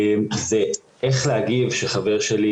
זה איך להגיב כשחבר שלי